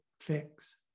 fix